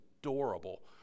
adorable